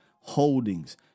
holdings